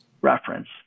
reference